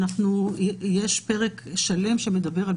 יש פרק שלם שמדבר על